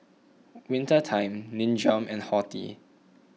Winter Time Nin Jiom and Horti